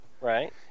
Right